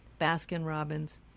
Baskin-Robbins